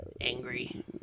angry